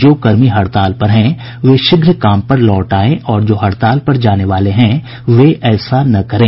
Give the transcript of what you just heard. जो कर्मी हड़ताल पर हैं वे शीघ्र काम पर लौट आएं और जो हड़ताल पर जाने वाले हैं वे ऐसा न करें